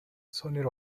sonny